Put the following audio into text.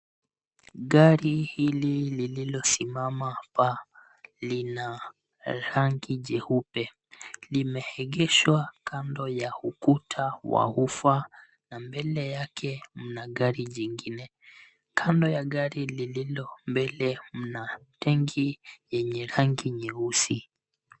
Gari hili lililosimama hapa lina rangi jeupe. Limeegeshwa kando ya ukuta wa ufa na mbele yake mna gari jingine. Kando ya gari lililo mbele mna tenki yenye rangi nyeusi.